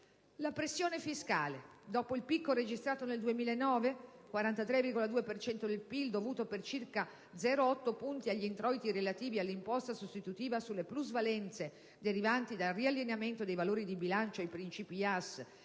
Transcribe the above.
La pressione fiscale, dopo il picco registrato nel 2009 (43,2 per cento del PIL, dovuto per circa 0,8 punti agli introiti relativi all'imposta sostitutiva sulle plusvalenze derivanti dal riallineamento dei valori di bilancio ai principi IAS